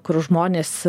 kur žmonės